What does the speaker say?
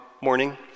morning